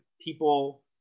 people